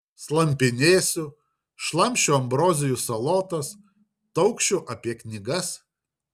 slampinėsiu šlamšiu ambrozijų salotas taukšiu apie knygas